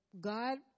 God